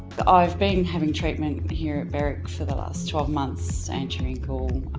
i've been having treatment and here at berwick for the last twelve months anti-wrinkle